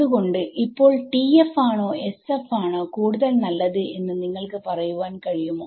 അതുകൊണ്ട് ഇപ്പോൾ TF ആണോ SF ആണോ കൂടുതൽ നല്ലത് എന്ന് നിങ്ങൾക്ക് പറയുവാൻ കഴിയുമോ